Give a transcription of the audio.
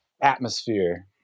atmosphere